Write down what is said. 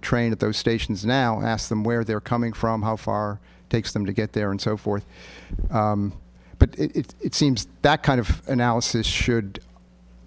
the train at those stations now ask them where they're coming from how far takes them to get there and so forth but it seems that kind of analysis should